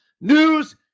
news